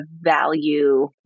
value